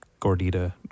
gordita